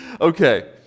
Okay